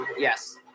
Yes